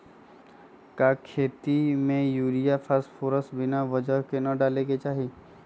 का खेती में यूरिया फास्फोरस बिना वजन के न डाले के चाहि?